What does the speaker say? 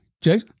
Jake